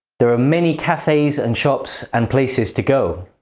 there are many cafes, and shops, and places to go.